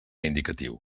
indicatiu